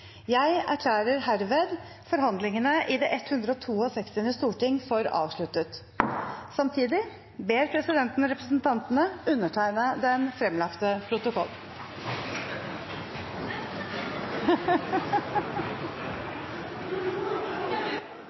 Jeg erklærer herved forhandlingene i det 162. storting for avsluttet. Samtidig ber presidenten representantene undertegne den fremlagte